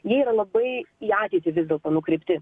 jie yra labai į ateitį vis dėlto nukreipti